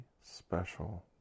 special